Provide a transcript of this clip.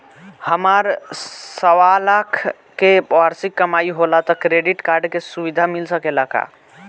हमार सवालाख के वार्षिक कमाई होला त क्रेडिट कार्ड के सुविधा मिल सकेला का?